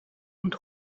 und